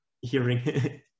hearing